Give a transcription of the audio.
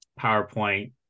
PowerPoint